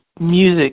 music